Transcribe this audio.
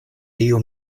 tiu